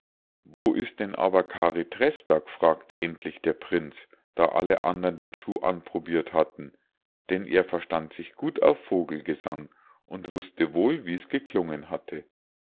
wo ist denn aber kari trästak fragte endlich der prinz da alle andern den schuh anprobirt hatten denn er verstand sich gut auf vogelgesang und wußte wohl wie's geklungen hatte